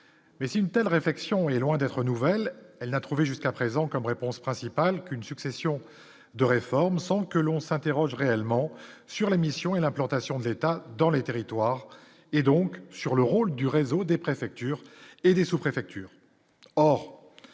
Mais si une telle réflexion est loin d'être nouvelle, elle n'a trouvé jusqu'à présent comme réponse principale qu'une succession de réformes sans que l'on s'interroge réellement sur la mission et l'implantation de l'État dans les territoires et donc sur le rôle du réseau des préfectures et des sous-préfectures,